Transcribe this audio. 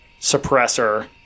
suppressor